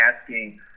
asking